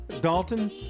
Dalton